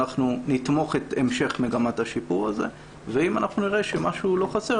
אנחנו נתמוך את המשך מגמת השיפור הזה ואם אנחנו נראה שמשהו לא חסר,